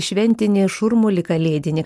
šventinį šurmulį kalėdinį